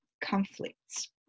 conflicts